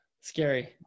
Scary